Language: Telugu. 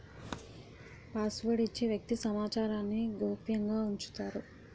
పాస్వర్డ్ ఇచ్చి వ్యక్తి సమాచారాన్ని గోప్యంగా ఉంచుతారు